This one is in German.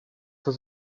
zur